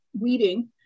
weeding